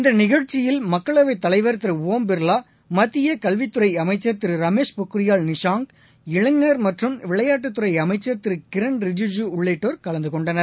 இந்த நிகழ்ச்சியில் மக்களவைத் தலைவா் திரு ஓம் பிா்லா மத்திய கல்வித்துறை அமைச்சா் திரு ரமேஷ் பொன்ரியால் நிஷாங் இளைஞர் மற்றும் விளையாட்டுத்துறை அமைச்சர் திரு கிரண் ரிஜிஜு உள்ளிட்டோர் கலந்து கொண்டனர்